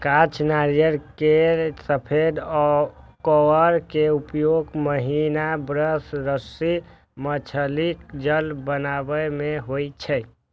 कांच नारियल केर सफेद कॉयर के उपयोग महीन ब्रश, रस्सी, मछलीक जाल बनाबै मे होइ छै